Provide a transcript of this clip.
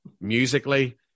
musically